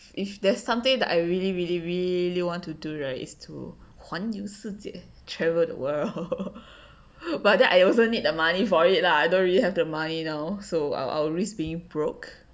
if there's something that I really really really want to do right is to 环游世界 travel the world but then I also need the money for it lah I don't really have the money now so I'll I'll risk being broke